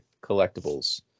Collectibles